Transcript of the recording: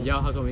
ya housewarming